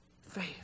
Faith